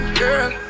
girl